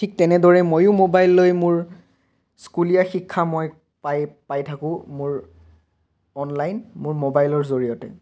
ঠিক তেনেদৰে ময়ো মোবাইল লৈ মোৰ স্কুলীয়া শিক্ষা মই পাই পাই থাকোঁ মোৰ অনলাইন মোৰ মোবাইলৰ জৰিয়তে